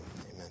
Amen